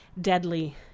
deadly